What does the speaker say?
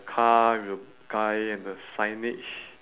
the car with a guy and a signage